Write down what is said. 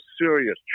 serious